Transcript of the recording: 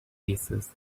faces